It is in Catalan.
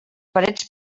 parets